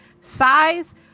size